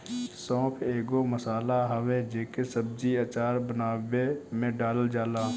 सौंफ एगो मसाला हवे जेके सब्जी, अचार बानवे में डालल जाला